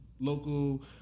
local